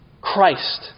Christ